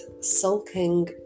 sulking